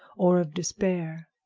or of despair.